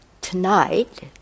tonight